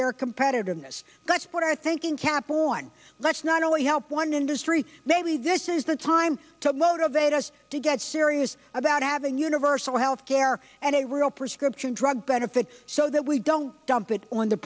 their competitiveness let's put our thinking cap on let's not only help one industry maybe this is the time to motivate us to get serious about having universal health care and a real prescription drug benefit so that we don't dump it on the